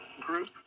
group